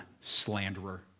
slanderer